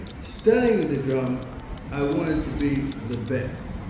studying the drum i wanted to be the best,